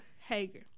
Hager